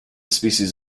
species